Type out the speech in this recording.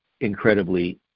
incredibly